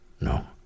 No